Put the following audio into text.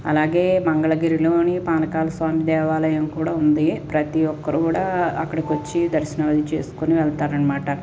అలాగే మంగళగిరిలోని పానకాల స్వామి దేవాలయం కూడా ఉంది ప్రతి ఒక్కరు కూడా అక్కడికి వచ్చి దర్శనాలు చేసుకొని వెళ్తారు అనమాట